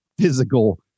physical